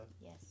Yes